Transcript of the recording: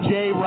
Jay